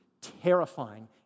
terrifying